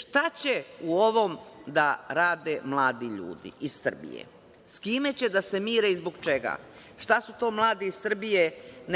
Šta će u ovom da rade mladi ljudi iz Srbije? S kime će da se mire i zbog čega? Šta su to mladi Srbije